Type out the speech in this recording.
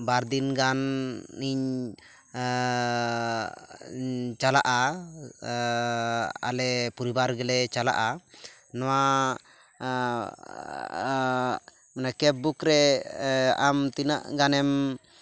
ᱵᱟᱨᱫᱤᱱ ᱜᱟᱱ ᱤᱧ ᱪᱟᱞᱟᱜᱼᱟ ᱟᱞᱮ ᱯᱚᱨᱤᱵᱟᱨᱜᱮ ᱞᱮ ᱪᱟᱞᱟᱜᱼᱟ ᱱᱚᱣᱟ ᱠᱮᱵᱽ ᱵᱩᱠᱨᱮ ᱟᱢ ᱛᱤᱱᱟᱹᱜ ᱜᱟᱱᱮᱢ